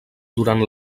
durant